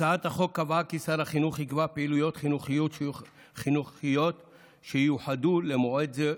הצעת החוק קבעה כי שר החינוך יקבע פעילויות חינוכיות שייוחדו למועד זה,